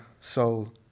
soul